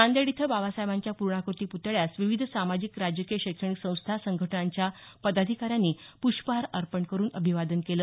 नांदेड इथं बाबासाहेबांच्या पूर्णाक्रती प्तळ्यास विविध सामाजिक राजकीय शैक्षणिक संस्था संघटनांच्या पदाधिकाऱ्यांनी प्ष्पहार अर्पण करून अभिवादन केलं